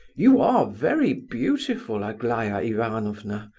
you are very beautiful, aglaya ivanovna,